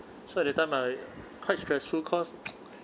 so at that time I quite stressful cause